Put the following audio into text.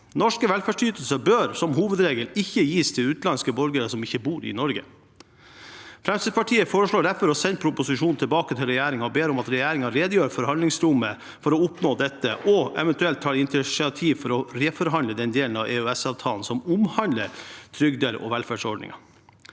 Norske velferdsytelser bør som hovedregel ikke gis til utenlandske borgere som ikke bor i Norge. Fremskrittspartiet foreslår derfor å sende proposisjonen tilbake til regjeringen og ber om at regjeringen redegjør for handlingsrommet for å oppnå dette og eventuelt tar initiativ for å reforhandle den delen av EØS-avtalen som omhandler trygder og velferdsordninger.